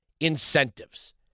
incentives